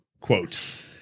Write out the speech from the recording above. quote